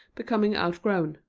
becoming outgrown,